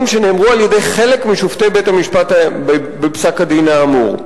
שנאמרו על-ידי חלק משופטי בית-המשפט בפסק-הדין האמור.